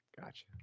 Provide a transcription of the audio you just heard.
Gotcha